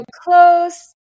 close